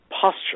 posture